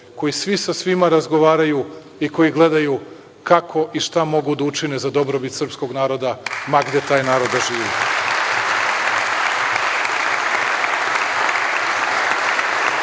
koji svi sa svima razgovaraju i koji gledaju kako i šta mogu da učine za dobrobit srpskog naroda, ma gde da taj narod živi. Vlada